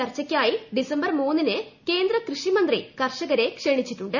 ചർച്ചയ്ക്കായി ഡിസംബർ മൂന്നിന് കേന്ദ്ര കൃഷിമന്ത്രി കർഷരെ ക്ഷണിച്ചിട്ടുണ്ട്